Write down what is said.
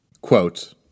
Quote